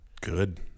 Good